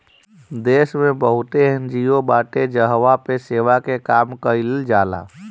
देस में बहुते एन.जी.ओ बाटे जहवा पे सेवा के काम कईल जाला